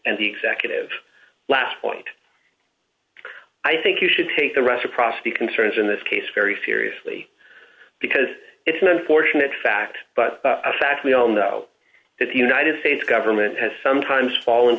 and the executive last point i think you should take the reciprocity concerns in this case very seriously because it's an unfortunate d fact but a fact we all know that the united states government has sometimes fallen